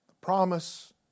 promise